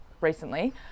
recently